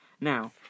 Now